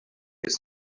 his